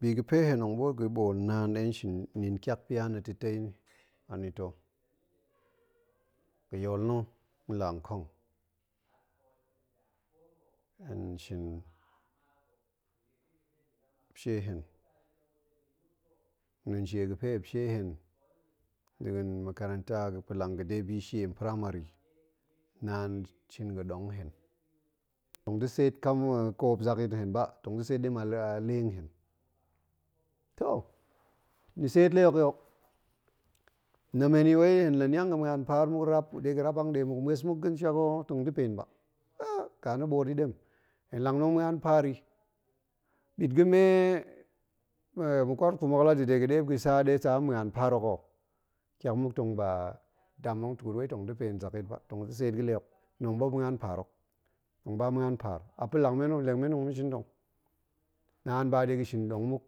Bi ga̱ fe hen tong ɓoot ga̱ ɓool naan ɗe hen shin nin ƙiak pia na̱ ta̱tei anita̱, ga̱ yool na̱ nlankong, hen shin shie hen nɗin shie ga̱ fe muopshie hen, nɗin makaranta ga̱ pa̱ langa̱de bishie npramari, naan shin ga̱dong nhen. tong da̱ seet, ƙoop zakyit nhen ba, tong da̱ seet ɗem a lee nhen. toh, ni seet lee hok i o, nem hen i wai hen la niang ga̱ ma̱an paar muk rap, de ga̱ rap ha̱nga̱de muk ma̱es muk ga̱ shak o tong da̱ pen ba ƙa na̱ ɓoot i ɗem, hen lang tong ma̱an paar i, ɓit ga̱me ma̱kwarkum hok la da̱ de ɗe muop ga̱ sa tsa hen ma̱an paar muk o, ƙiak muk tong ba dam tong kut wai tong da̱ pen zak yit ba, tong da̱ seet ga̱ lee hook, tong ɓuop ma̱an paar hok, tong ba ma̱an paar. a pa̱ leng men tong ma̱ shin ta̱. naan ba de ga̱ shin ɗong muk,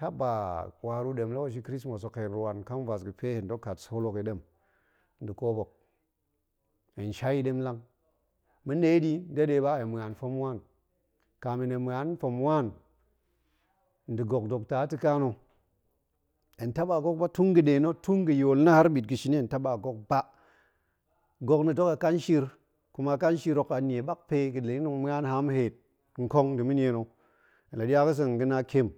haba waru ɗem lokashi krismas hok hen rwan canvas ga̱pe hen dok kat sool hok i ɗem da̱ koop hok, hen shai i ɗem lang, ma̱n ɗe ɗi, deɗe ba hen ma̱an fom one, kamin hen ma̱an fom one, nda̱ gok dokta ta̱ ka na̱. hen taba gok ba tun ga̱ ɗe na̱. tun ga̱ yool na̱ har ɓit ga shini. hen taba gok ba. gok na̱ dok a kanshir, kuma kanshir hok a nie ɓakpe ga̱ ɗe na̱ tong ma̱an haam heet nkong nda̱ ma̱nie na̱, hen la ɗia ga̱seng tong ga̱ na kiem,